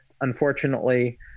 unfortunately